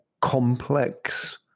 complex